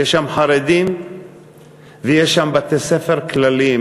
יש שם חרדים ויש שם בתי-ספר כלליים,